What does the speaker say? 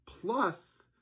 Plus